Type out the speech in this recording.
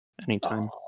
anytime